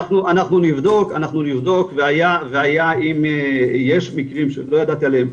אנחנו נבדוק והיה אם יש מקרים שלא ידעתי עליהם,